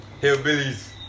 hillbillies